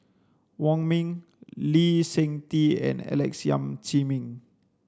Wong Ming Lee Seng Tee and Alex Yam Ziming